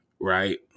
right